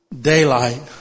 daylight